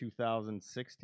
2016